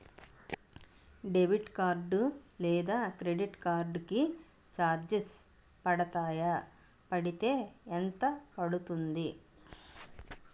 Debit card లేదా credit card కి charges పడతాయా? పడితే ఎంత పడుతుంది?